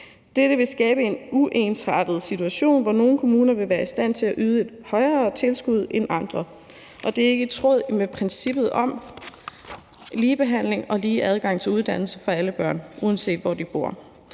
Dette vil skabe en uensartet situation, hvor nogle kommuner vil være i stand til at yde et højere tilskud end andre, og det er ikke i tråd med princippet om ligebehandling og lige adgang til uddannelse for alle børn, uanset hvor de bor.